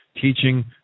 teaching